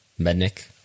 Mednick